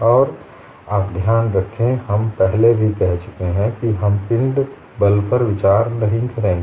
और आप ध्यान रखें हम पहले ही कह चुके हैं कि हम पिंड बल पर विचार नहीं करेंगे